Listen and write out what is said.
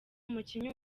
umukinnyi